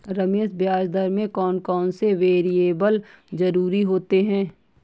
रमेश ब्याज दर में कौन कौन से वेरिएबल जरूरी होते हैं?